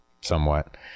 somewhat